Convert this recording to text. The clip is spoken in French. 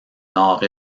nord